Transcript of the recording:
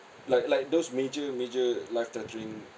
like like those major major life threatening